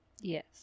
Yes